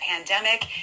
Pandemic